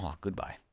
Goodbye